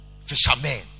fishermen